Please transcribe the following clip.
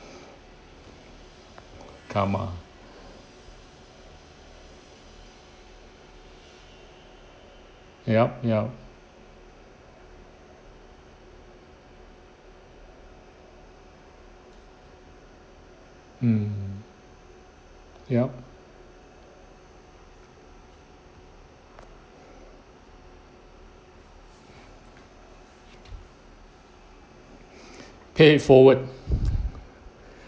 come on yup yup mm yup pay forward